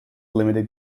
limited